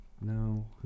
No